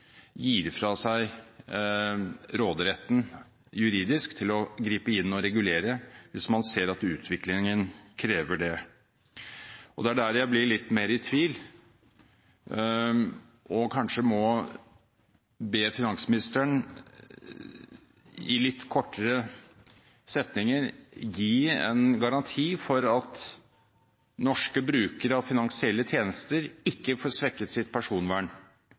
gir fra seg råderetten juridisk til å gripe inn og regulere, hvis man ser at utviklingen krever det. Det er der jeg blir litt mer i tvil og kanskje må be finansministeren, i litt kortere setninger, gi en garanti for at norske brukere av finansielle tjenester ikke får svekket sitt personvern,